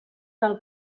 del